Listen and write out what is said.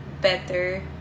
better